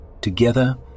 Together